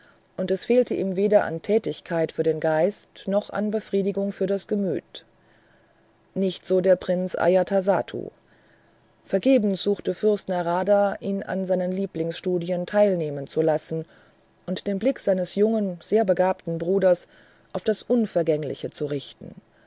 und es fehlte ihm weder an tätigkeit für den geist noch an befriedigung für das gemüt nicht so der prinz ajatasattu vergebens suchte fürst narada ihn an seinen lieblingsstudien teilnehmen zu lassen und den blick seines jungen sehr begabten bruders auf das unvergängliche zu richten